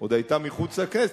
עוד היתה מחוץ לכנסת,